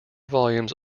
volumes